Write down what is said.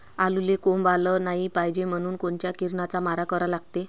आलूले कोंब आलं नाई पायजे म्हनून कोनच्या किरनाचा मारा करा लागते?